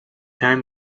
time